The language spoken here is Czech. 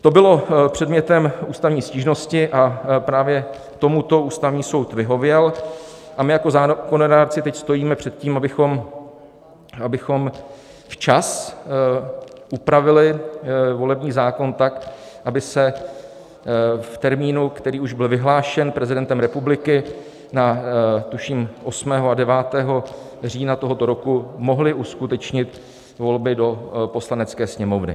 To bylo předmětem ústavní stížnosti, právě tomuto Ústavní soud vyhověl a my jako zákonodárci teď stojíme před tím, abychom včas upravili volební zákon tak, aby se v termínu, který už byl vyhlášen prezidentem republiky na tuším 8. a 9. října tohoto roku, mohly uskutečnit volby do Poslanecké sněmovny.